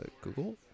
Google